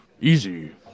easy